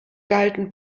galten